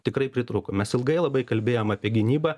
tikrai pritrūko mes ilgai labai kalbėjom apie gynybą